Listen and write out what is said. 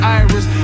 iris